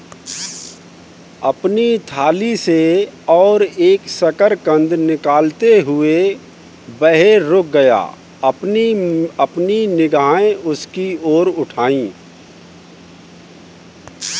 अपनी थाली से और शकरकंद निकालते हुए, वह रुक गया, अपनी निगाह उसकी ओर उठाई